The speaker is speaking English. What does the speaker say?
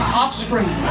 offspring